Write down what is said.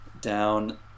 down